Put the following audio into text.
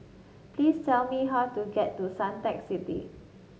please tell me how to get to Suntec City